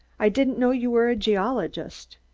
i didn't know you were a geologist.